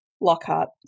Lockhart